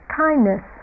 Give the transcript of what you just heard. kindness